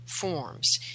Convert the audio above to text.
forms